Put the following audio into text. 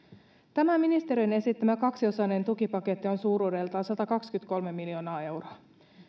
tämä ministeriön esittämä kaksiosainen tukipaketti on suuruudeltaan satakaksikymmentäkolme miljoonaa euroa